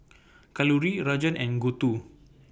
Kalluri Rajan and Gouthu